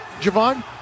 Javon